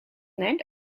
named